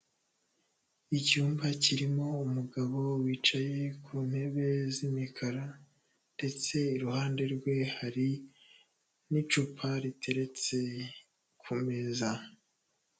Icyumba kirimo umugabo wicaye ku ntebe z'imikara ndetse iruhande rwe, hari n'icupa riteretse ku meza.